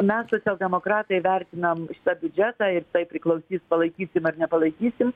mes socialdemokratai vertinam tą biudžetą ir tai priklausys palaikysim ar nepalaikysim